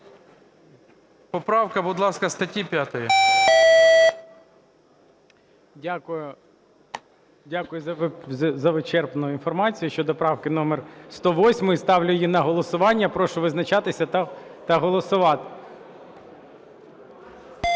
Дякую за вичерпну інформацію щодо правки номер 108. Ставлю її на голосування. Прошу визначатися та голосувати.